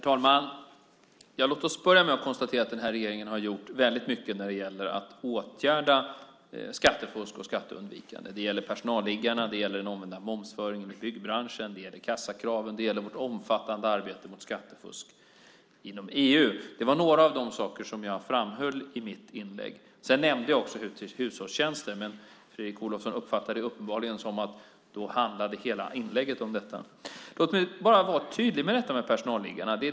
Herr talman! Låt oss börja med att konstatera att den här regeringen har gjort mycket när det gäller att åtgärda skattefusk och skatteundvikande. Det gäller personalliggarna, den omvända momsföringen i byggbranschen, kassakraven och vårt omfattande arbete mot skattefusk inom EU. Det var några av de saker jag framhöll i mitt inlägg. Jag nämnde också naturligtvis hushållstjänster, men Fredrik Olovsson uppfattade det uppenbarligen som att då handlade hela inlägget om detta. Låt mig få vara tydlig i frågan om personalliggarna.